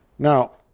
now,